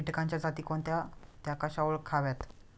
किटकांच्या जाती कोणत्या? त्या कशा ओळखाव्यात?